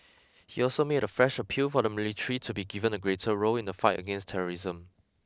he also made a fresh appeal for the military to be given a greater role in the fight against terrorism